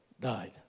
Died